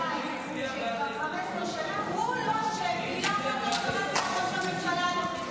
ראש ממשלה חי, הוא לא אשם, ראש הממשלה הנוכחי.